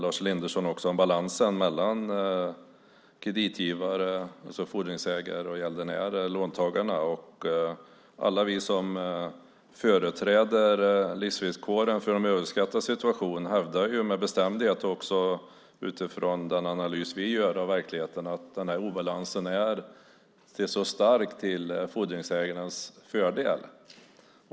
Lars Elinderson talar också om balansen mellan kreditgivare, alltså fordringsägare, och gäldenärer, alltså låntagare. Alla vi som företräder de överskuldsatta i fråga om deras livsvillkor och situation hävdar med bestämdhet, utifrån den analys som vi gör av verkligheten, att denna obalans är så stor till fordringsägarnas fördel.